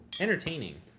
entertaining